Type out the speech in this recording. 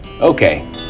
Okay